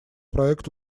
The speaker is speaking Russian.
проект